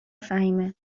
فهیمهمگه